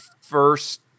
first